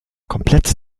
komplett